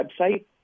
website